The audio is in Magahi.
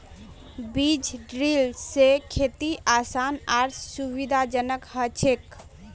बीज ड्रिल स खेती आसान आर सुविधाजनक हैं जाछेक